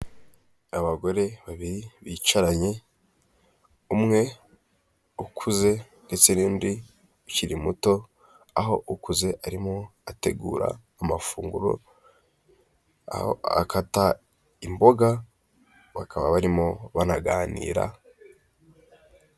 Abagore babiri bicaranye, umwe ukuze ndetse n'undi ukiri muto. Aho ukuze arimo ategura amafunguro, aho akata imboga, bakaba barimo banaganira.